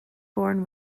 born